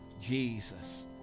Jesus